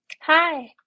Hi